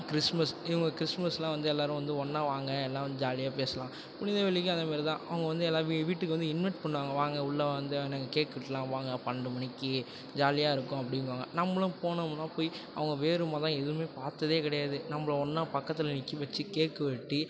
Christmas இவங்க கிறிஸ்மஸெலாம் வந்து எல்லோரும் வந்து ஒன்றா வாங்க எல்லாம் வந்து ஜாலியாக பேசலாம் புனித வெள்ளிக்கும் அது மாரி தான் அவங்க வந்து எல்லாம் வீ வீட்டுக்கு வந்து இன்வைட் பண்ணுவாங்க வாங்க உள்ளே வந்து நீங்கள் கேக் வெட்டலாம் வாங்க பன்னெரெண்டு மணிக்கு ஜாலியாக இருக்கும் அப்படிங்குவாங்க நம்மளும் போனமுன்னால் போய் அவங்க வேறு மதம் எதுவுமே பார்த்ததே கிடையாது நம்பளை ஒன்றா பக்கத்தில் நிற்க வச்சு கேக்கு வெட்டி